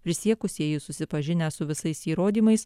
prisiekusieji susipažinę su visais įrodymais